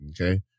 okay